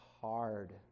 hard